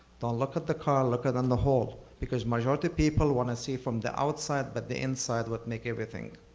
don't look at the car, look at and the whole because majority people want to see from the outside, but the inside what make everything.